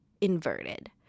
inverted